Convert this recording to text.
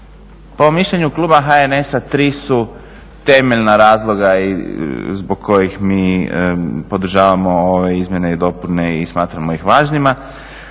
Po mišljenju kluba HNS-a tri su temeljna razloga zbog kojih mi podržavamo ove izmjene i dopune i smatramo ih važnima.